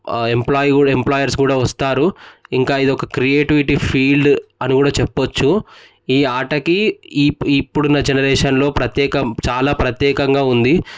employee employees కూడా వస్తారు ఇంకా ఇది ఒక క్రియేటివిటీ ఫీల్డ్ అని కూడా చెప్పచ్చు ఈ ఆటకి ఇప్పు ఇప్పుడ ఉన్న జనరేషన్లో ప్రత్యేకం చాలా ప్రత్యేకంగా ఉంది